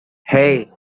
hey